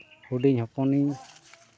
ᱦᱩᱰᱤᱧ ᱦᱚᱯᱚᱱᱤᱧ